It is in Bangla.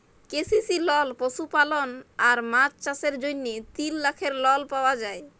কে.সি.সি লল পশুপালল আর মাছ চাষের জ্যনহে তিল লাখের লল পাউয়া যায়